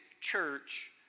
church